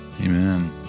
Amen